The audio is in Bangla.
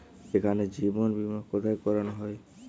এখানে জীবন বীমা কোথায় করানো হয়?